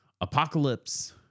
apocalypse